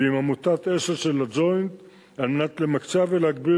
ועם עמותת "אשל" של ה"ג'וינט" על מנת למקצע ולהגביר